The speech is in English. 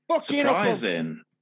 Surprising